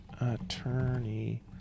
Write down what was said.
attorney